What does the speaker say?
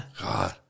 God